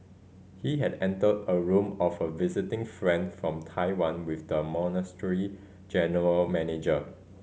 he had entered a room of a visiting friend from Taiwan with the monastery general manager